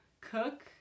Cook